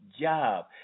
job